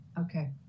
okay